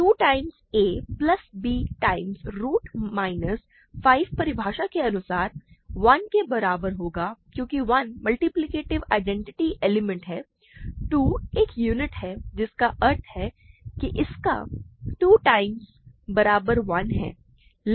2 times a plus b times root minus 5 परिभाषा के अनुसार 1 के बराबर होगा क्योंकि 1 मल्टीप्लिकेटिव आईडेंटिटी एलिमेंट है 2 एक यूनिट है जिसका अर्थ है इसका 2 टाइम्स बराबर 1 है